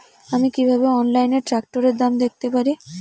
আমি কিভাবে অনলাইনে ট্রাক্টরের দাম দেখতে পারি?